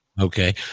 Okay